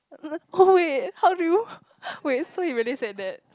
n~ oh wait how do you wait so he really said that